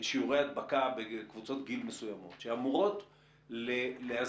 שיעורי ההדבקה בקבוצות גיל מסוימות שאמורות להסביר,